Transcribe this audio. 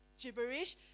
gibberish